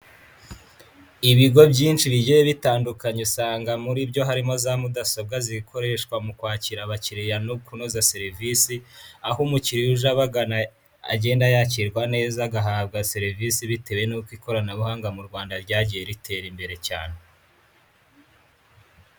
Ibigo byinshi bigiye bitandukanye usanga muri byo harimo za mudasobwa zikoreshwa mu kwakira abakiriya no kunoza serivisi, aho umukiriya uje abagana agenda yakirwa neza agahabwa serivisi bitewe n'uko ikoranabuhanga mu Rwanda ryagiye ritera imbere cyane.